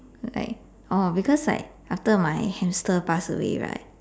like oh because like after my hamster passed away right